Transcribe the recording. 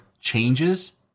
changes